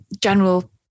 general